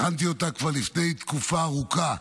הכנתי אותה כבר לפני תקופה ארוכה,